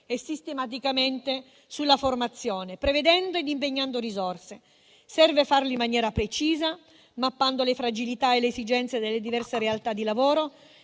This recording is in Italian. e sistematicamente sulla formazione, prevedendo ed impegnando risorse. Serve farlo in maniera precisa, mappando le fragilità e le esigenze delle diverse realtà di lavoro